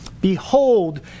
Behold